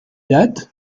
date